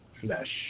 flesh